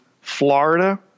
Florida